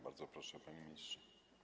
Bardzo proszę, panie ministrze.